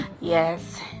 Yes